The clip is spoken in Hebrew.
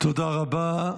תודה רבה.